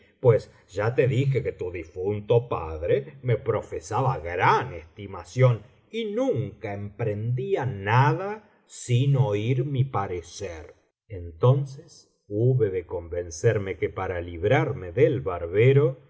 pues ya te dije que tu difunto padre me profesaba gran estimación y nunca emprendía nacía sin oir mi parecer entonces hube de convencdhne que para librarme del barbero no